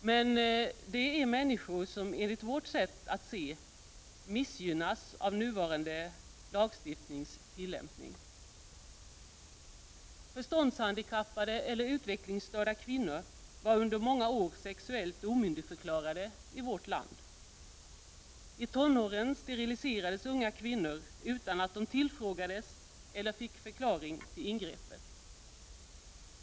Men det är människor som enligt vårt sätt att se missgynnas av nuvarande lagstiftningstillämpning. Förståndshandikappade eller utvecklingsstörda kvinnor var under många år sexuellt omyndigförklarade i vårt land. I tonåren steriliserades unga kvinnor utan att de tillfrågades eller fick någon förklaring till ingreppet.